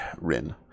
Rin